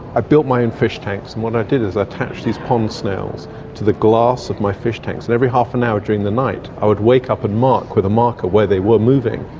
i built my own and fish tanks and what i did is i attached these pond snails to the glass of my fish tanks and every half an hour during the night i would wake up and mark with a marker where they were moving.